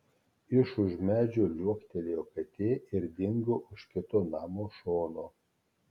iš už medžio liuoktelėjo katė ir dingo už kito namo šono